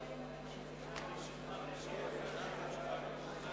נא לבצע את ההצבעה השמית,